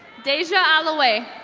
deja alloway.